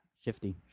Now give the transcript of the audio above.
Shifty